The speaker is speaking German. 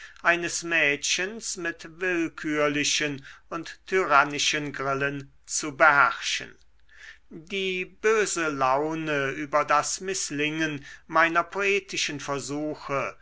eines mädchens mit willkürlichen und tyrannischen grillen zu beherrschen die böse laune über das mißlingen meiner poetischen versuche